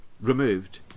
removed